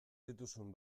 dituzun